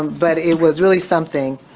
but it was really something.